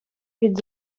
від